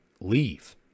Leave